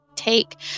take